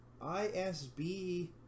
ISB